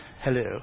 hello